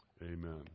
Amen